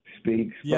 speaks